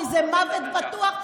כי זה מוות בטוח.